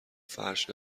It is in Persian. فرش